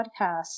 podcast